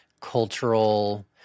cultural